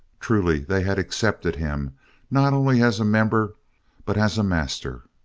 truly they had accepted him not only as a member but as a master!